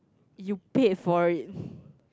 you paid for it